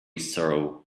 sorrow